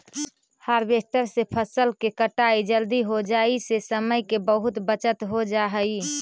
harvester से फसल के कटाई जल्दी हो जाई से समय के बहुत बचत हो जाऽ हई